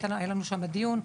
היה לנו שם דיון,